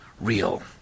real